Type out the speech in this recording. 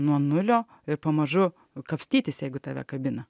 nuo nulio ir pamažu kapstytis jeigu tave kabina